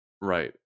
right